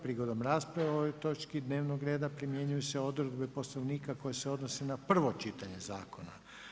Prigodom rasprave o ovoj točki dnevnog reda, primjenjuju se odredbe Poslovnika koji se odnosi na prvo čitanje zakona.